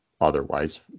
otherwise